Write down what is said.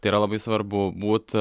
tai yra labai svarbu būt